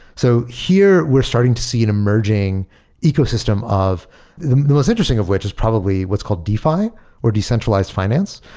so here we're starting to see an emerging ecosystem of the the most interesting of which is probably what's called defi or decentralized finance,